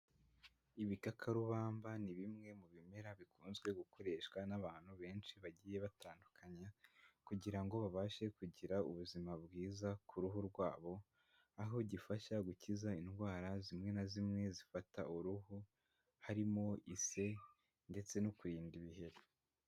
Ibikakarubamba ni bimwe mu bimera, bikunze gukoreshwa n'abantu benshi bagiye batandukanye, kugira ngo babashe kugira ubuzima bwiza ku ruhu rwabo, aho gifasha gukiza indwara zimwe na zimwe zifata uruhu, harimo ise, ndetse no kurinda ibiheri.